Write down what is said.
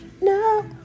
no